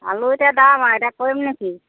আলু এতিয়া দাম আৰু এতিয়া কৰিমনো কি